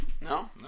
no